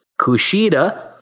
Kushida